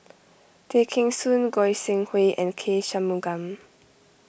Tay Kheng Soon Goi Seng Hui and K Shanmugam